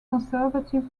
conservative